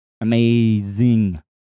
Amazing